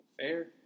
Fair